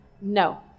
No